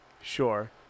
Sure